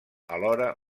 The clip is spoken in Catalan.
alhora